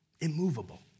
immovable